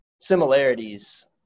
similarities